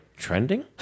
Trending